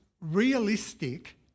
realistic